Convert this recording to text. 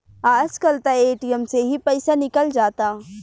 आज कल त ए.टी.एम से ही पईसा निकल जाता